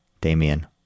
Damien